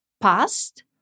past